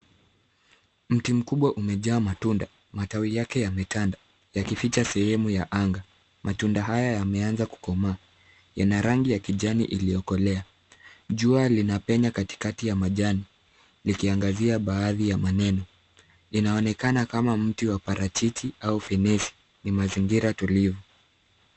Mti mkubwa umejaa matunda. Matawi yake yametanda yakificha sehemu ya anga. Matunda haya yameanza kukomaa. Yana rangi ya kijani iliyokolea. Jua linapenya katikati ya majani likiangazia baadhi ya maeneo. Linaonekana kama mti wa parachichi au fenesi. Ni mazingira tulivu.